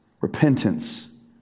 Repentance